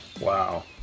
Wow